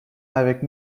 avec